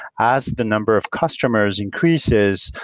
as the number of customers increases,